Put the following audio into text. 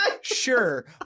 Sure